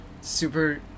super